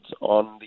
on